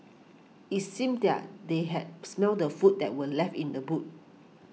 it's seemed there they had smelt the food that were left in the boot